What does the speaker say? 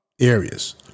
areas